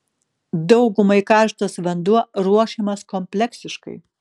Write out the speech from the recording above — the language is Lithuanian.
daugumai karštas vanduo ruošiamas kompleksiškai